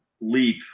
leap